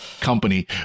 company